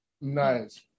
Nice